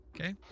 Okay